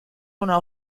una